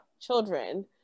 children